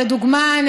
לדוגמה,